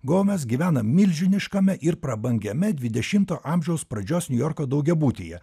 gomez gyvena milžiniškame ir prabangiame dvidešimto amžiaus pradžios niujorko daugiabutyje